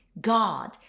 God